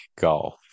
golf